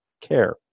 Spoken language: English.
care